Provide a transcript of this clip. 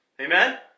Amen